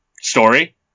story